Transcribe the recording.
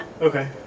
Okay